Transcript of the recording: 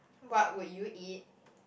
what will you eat